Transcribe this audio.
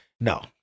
no